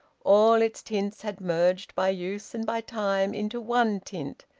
all its tints had merged by use and by time into one tint,